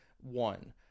one